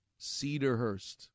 Cedarhurst